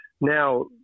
Now